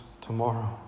tomorrow